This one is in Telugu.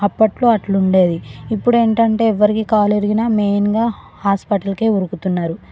అప్పట్లో అట్లుండేది ఇప్పుడేంటంటే ఎవ్వరికి కాలు ఇరిగినా మెయిన్గా హాస్పిటల్కే ఉరుకుతున్నారు